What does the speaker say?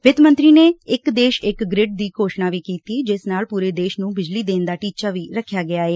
ਵਿੱਤ ਮੰਤਰੀ ਨੇ ਇਕ ਦੇਸ਼ ਇਕ ਗ੍ਰਿਡ ਦੀ ਘੋਸਣਾ ਵੀ ਕੀਤੀ ਅ ਜਿਸ ਨਾਲ ਪੁਰੇ ਦੇਸ਼ ਨੂੰ ਬਿਜਲੀ ਦੇਣ ਦਾ ਟੀਚਾ ਵੀ ਰਖਿਆ ਏ